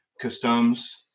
customs